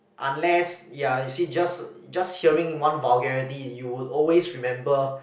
unless ya you see just just hearing one vulgarity you will always remember